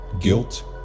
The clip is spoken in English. Guilt